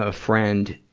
ah friend,